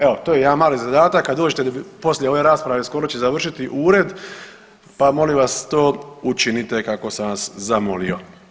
Evo to je jedan mali zadatak kad dođete poslije ove rasprave, skoro će završiti u ured, pa molim vas to učinite kako sam vas zamolio.